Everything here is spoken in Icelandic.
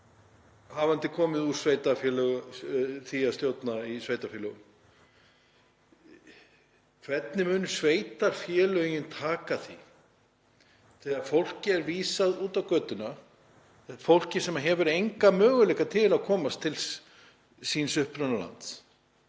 hafandi komið úr því að stjórna í sveitarfélögum: Hvernig munu sveitarfélögin taka því þegar fólki er vísað út á götuna, fólki sem hefur enga möguleika til að komast til síns upprunalands,